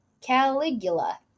Caligula